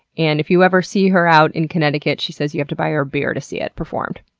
and if you ever see her out in connecticut, she says you have to buy her a beer to see it performed,